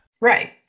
right